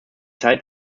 zeit